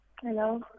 Hello